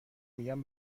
میگن